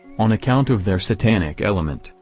on account of their satanic element,